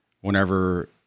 Whenever